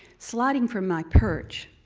sliding from my perch,